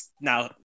now